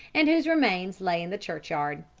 and whose remains lay in the churchyard.